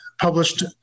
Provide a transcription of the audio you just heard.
published